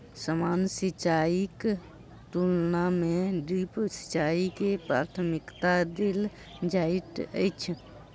सामान्य सिंचाईक तुलना मे ड्रिप सिंचाई के प्राथमिकता देल जाइत अछि